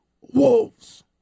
wolves